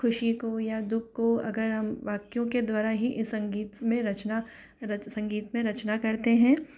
खुशी को या दु ख को अगर हम वाक्यों के द्वारा ही इस संगीत में रचना रच संगीत में रचना करते हैं